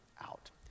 out